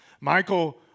Michael